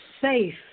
safe